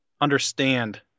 understand